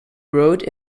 wrote